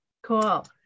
Cool